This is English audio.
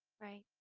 right